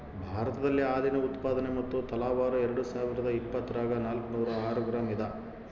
ಭಾರತದಲ್ಲಿ ಹಾಲಿನ ಉತ್ಪಾದನೆ ಮತ್ತು ತಲಾವಾರು ಎರೆಡುಸಾವಿರಾದ ಇಪ್ಪತ್ತರಾಗ ನಾಲ್ಕುನೂರ ಆರು ಗ್ರಾಂ ಇದ